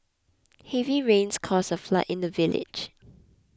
heavy rains caused a flood in the village